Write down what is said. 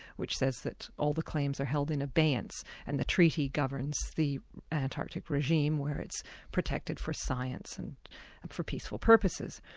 which says that all the claims are held in abeyance and the treaty governs the antarctic regime where it's protected for science and for peaceful purposes.